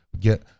get